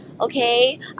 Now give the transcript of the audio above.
okay